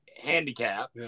handicap